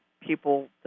people